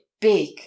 big